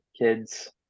kids